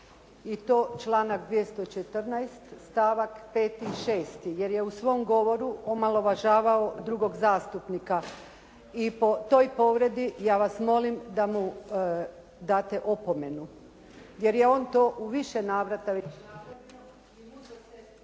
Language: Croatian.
i to članak 214. stavak 5. i 6. jer je u svom govoru omalovažavao drugog zastupnika i po toj povredi ja vas molim da mu date opomenu jer je on to u više navrata već